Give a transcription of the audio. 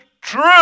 true